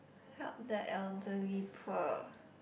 help the elderly poor